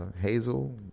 Hazel